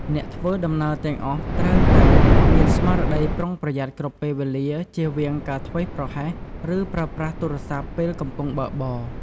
អ្នកធ្វើដំណើរទាំងអស់ត្រូវតែ មានស្មារតីប្រុងប្រយ័ត្ន គ្រប់ពេលវេលា ចៀសវាងការធ្វេសប្រហែស ឬប្រើប្រាស់ទូរស័ព្ទពេលកំពុងបើកបរ។